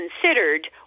considered